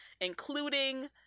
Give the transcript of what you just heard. including